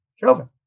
Joven